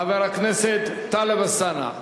חבר הכנסת טלב אלסנאע.